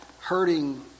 hurting